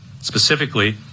Specifically